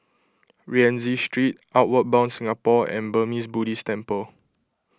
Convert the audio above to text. Rienzi Street Outward Bound Singapore and Burmese Buddhist Temple